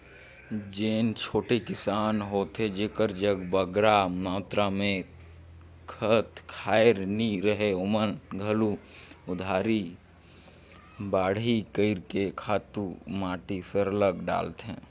जेन छोटे किसान होथे जेकर जग बगरा मातरा में खंत खाएर नी रहें ओमन घलो उधारी बाड़ही कइर के खातू माटी सरलग डालथें